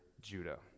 judah